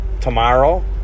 tomorrow